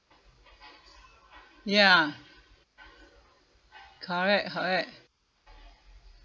ya correct correct